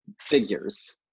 figures